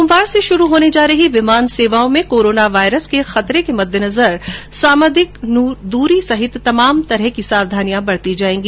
सोमवार से शुरू होने जा रही विमान सेवाओं में कोरोना वायरस के खतरे के मद्देनजर सामाजिक दूरी सहित तमाम तरह की सावधानियां बरती जायेंगी